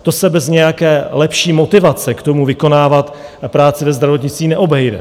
To se bez nějaké lepší motivace k tomu vykonávat práci ve zdravotnictví neobejde.